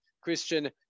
Christian